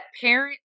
parent